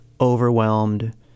overwhelmed